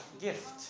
gift